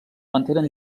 mantenen